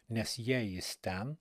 nes jei jis ten